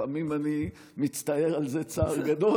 לפעמים אני מצטער על זה צער גדול,